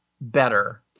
better